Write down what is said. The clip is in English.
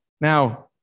now